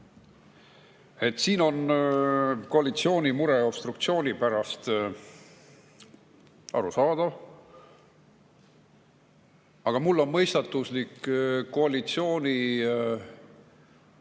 Siin on koalitsiooni mure obstruktsiooni pärast – arusaadav. Aga mulle on mõistatuslik koalitsiooni